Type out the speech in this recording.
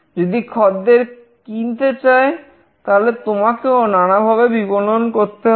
যদি খদ্দের কিনতে চায় তাহলে তোমাকেও নানাভাবে বিপণন করতে হবে